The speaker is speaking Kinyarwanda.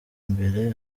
imbere